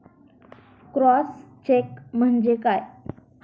Cross check म्हणजे काय?